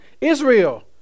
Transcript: Israel